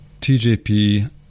TJP